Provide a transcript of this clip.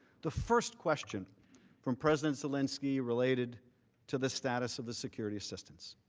the first question from president zelensky related to the status of the security assistance.